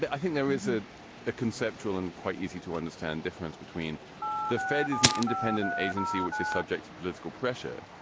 but i think there is ah a conceptual and quite easy to understand difference between the fed is an independent agency which is subject to political pressure.